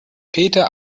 peter